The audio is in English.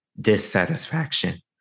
dissatisfaction